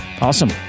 awesome